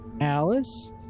Alice